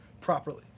properly